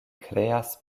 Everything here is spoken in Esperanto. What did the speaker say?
kreas